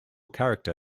character